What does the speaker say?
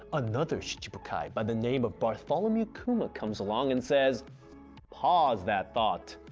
another shichibukai by the name of bartholomew kuma comes along and says paw-use that thought,